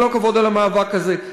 כל הכבוד על המאבק הזה,